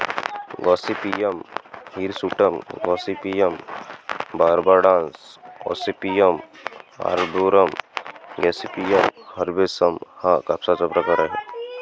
Gossypium hirsutum, Gossypium barbadense, Gossypium arboreum, Gossypium herbaceum हा कापसाचा प्रकार आहे